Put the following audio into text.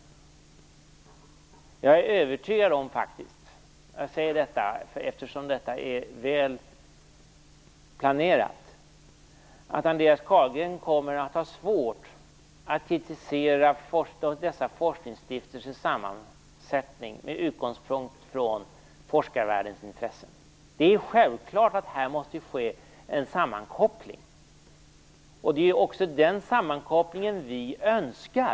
Jag är övertygad om - jag säger det här eftersom detta är väl planerat - att Andreas Carlgren kommer att ha svårt att kritisera dessa forskningsstiftelsers sammansättning med utgångspunkt i forskarvärldens intressen. Det är självklart att det här måste ske en sammankoppling. Det är också den sammankopplingen vi önskar.